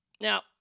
Now